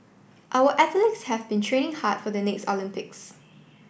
our athletes have been training hard for the next Olympics